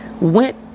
went